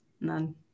none